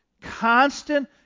Constant